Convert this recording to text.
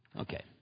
Okay